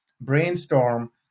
brainstorm